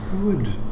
Good